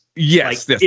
Yes